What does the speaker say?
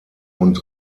und